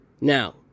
Now